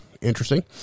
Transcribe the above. Interesting